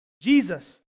Jesus